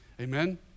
amen